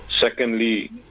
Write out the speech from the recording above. Secondly